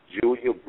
Julia